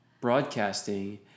broadcasting